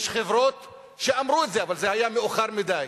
יש חברות שאמרו את זה, אבל זה היה מאוחר מדי,